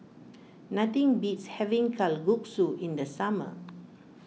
nothing beats having Kalguksu in the summer